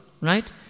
right